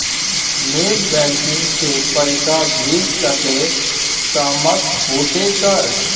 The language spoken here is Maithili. नेट बैंकिंग से पैसा भेज सके सामत होते सर?